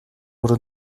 oder